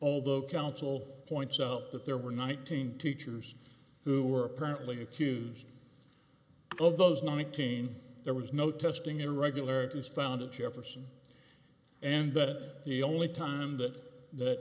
although counsel points out that there were nineteen teachers who were apparently accused of those nineteen there was no testing irregularities down to jefferson and that the only time that